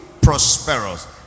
prosperous